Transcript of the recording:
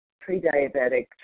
pre-diabetic